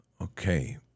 Okay